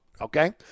okay